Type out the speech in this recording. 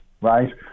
right